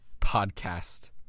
podcast